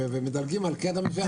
ומדלגים על קטע מסוים.